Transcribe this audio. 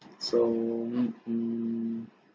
so mmhmm